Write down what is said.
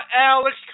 Alex